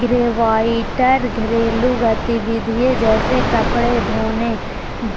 greywater घरेलू गतिविधिय जैसे कपड़े धोने,